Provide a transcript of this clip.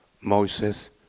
Moses